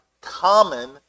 common